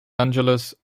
angeles